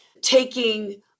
taking